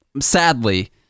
Sadly